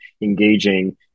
engaging